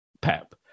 Pep